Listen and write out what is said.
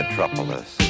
Metropolis